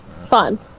fun